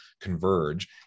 Converge